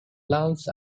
plans